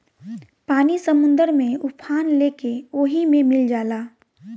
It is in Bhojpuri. पानी समुंदर में उफान लेके ओहि मे मिल जाला